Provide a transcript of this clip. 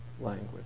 language